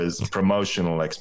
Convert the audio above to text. promotional